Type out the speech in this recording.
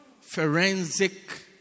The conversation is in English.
forensic